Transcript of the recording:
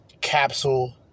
Capsule